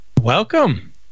welcome